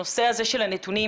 הנושא של הנתונים,